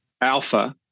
alpha